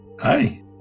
Hi